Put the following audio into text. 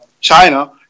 China